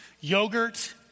yogurt